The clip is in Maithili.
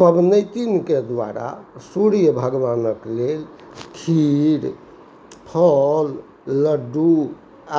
पबनैतिनके द्वारा सूर्य भगवानके लेल खीर फल लड्डू